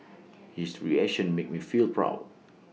his reaction made me feel proud